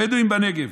הבדואים בנגב,